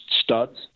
studs